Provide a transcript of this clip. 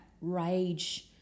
rage